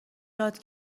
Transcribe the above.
داد